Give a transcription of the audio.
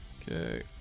Okay